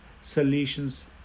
Solutions